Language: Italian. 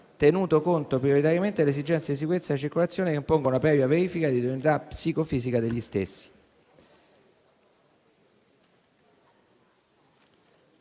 tenuto conto prioritariamente delle esigenze di sicurezza della circolazione che impongono la previa verifica della idoneità psicofisica degli stessi».